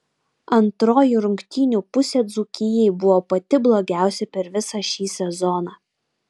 antroji rungtynių pusė dzūkijai buvo pati blogiausia per visą šį sezoną